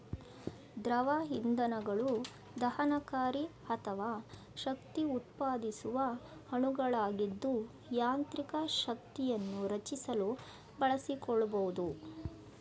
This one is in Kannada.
ದ್ರವ ಇಂಧನಗಳು ದಹನಕಾರಿ ಅಥವಾ ಶಕ್ತಿಉತ್ಪಾದಿಸುವ ಅಣುಗಳಾಗಿದ್ದು ಯಾಂತ್ರಿಕ ಶಕ್ತಿಯನ್ನು ರಚಿಸಲು ಬಳಸಿಕೊಳ್ಬೋದು